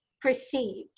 perceived